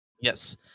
yes